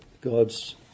God's